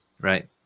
Right